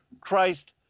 Christ